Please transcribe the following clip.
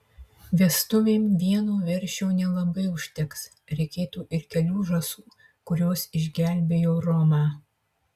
vestuvėm vieno veršio nelabai užteks reikėtų ir kelių žąsų kurios išgelbėjo romą